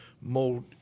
mold